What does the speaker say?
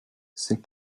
c’est